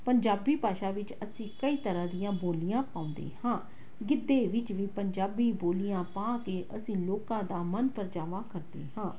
ਪੰਜਾਬੀ ਭਾਸ਼ਾ ਵਿੱਚ ਅਸੀਂ ਕਈ ਤਰ੍ਹਾਂ ਦੀਆਂ ਬੋਲੀਆਂ ਪਾਉਂਦੇ ਹਾਂ ਗਿੱਧੇ ਵਿੱਚ ਵੀ ਪੰਜਾਬੀ ਬੋਲੀਆਂ ਪਾ ਕੇ ਅਸੀਂ ਲੋਕਾਂ ਦਾ ਮਨ ਪਰਚਾਵਾ ਕਰਦੇ ਹਾਂ